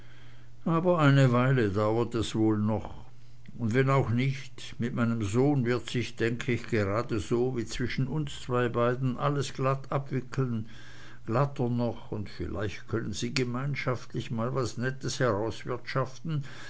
aber eine weile dauert es wohl noch und wenn auch nicht mit meinem sohne wird sich denk ich geradeso wie zwischen uns zwei beiden alles glatt abwickeln glatter noch und vielleicht können sie gemeinschaftlich mal was nettes